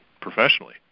professionally